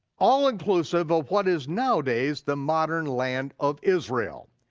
all inclusive of what is nowadays the modern land of israel.